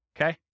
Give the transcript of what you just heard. Okay